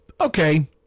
Okay